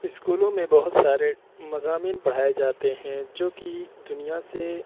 اسکولوں میں بہت سارے مضامین پڑھائے جاتے ہیں جوکہ دنیا سے